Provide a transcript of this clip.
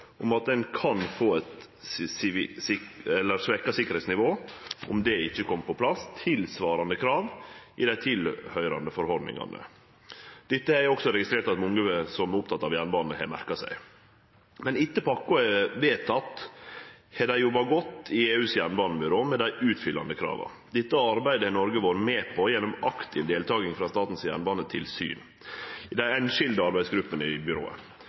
om at ein kunne få eit svekt sikkerheitsnivå om det ikkje kom på plass tilsvarande krav i dei tilhøyrande forordningane. Dette har eg også registrert at mange som er opptekne av jernbane, har merka seg. Men etter at pakka vart vedteken, har dei jobba godt i EUs jernbanebyrå med dei utfyllande krava. Dette arbeidet har Noreg vore med på gjennom aktiv deltaking frå Statens jernbanetilsyn i dei einskilde arbeidsgruppene i byrået.